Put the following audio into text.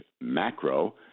macro